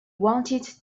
wanted